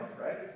right